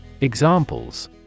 Examples